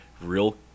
real